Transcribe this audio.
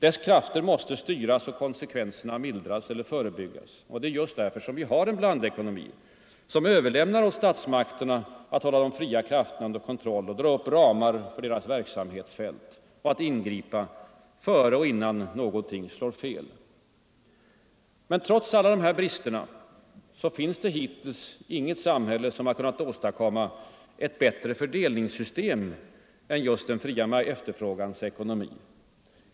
Dess krafter måste styras och konsekvenserna mildras eller förebyggas. Just därför har vi en blandekonomi som överlämnar åt statsmakterna att hålla de fria krafterna under kontroll, att dra upp ramar för deras verksamhetsfält och att ingripa innan någonting slår fel. Men trots alla de här bristerna finns det hittills inget samhälle som har kunnat åstadkomma ett bättre fördelningssystem än just den fria efterfrågans ekonomi.